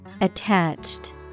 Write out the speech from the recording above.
Attached